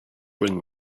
bring